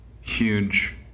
huge